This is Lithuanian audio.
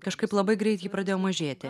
kažkaip labai greit ji pradėjo mažėti